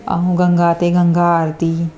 ऐं गंगा ते गंगा आरती जी